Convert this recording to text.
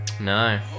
No